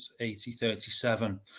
8037